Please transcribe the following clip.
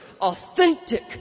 authentic